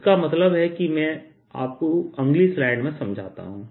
इसका क्या मतलब है मैं आपको अगली स्लाइड में समझाता हूं